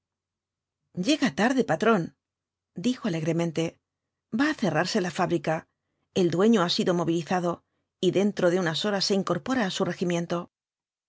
llega tarde patrón dijo alegremente va á cerrarse la fábrica el dueño ha sido movilizado y deatro de unas horas se incorpora á su regimiento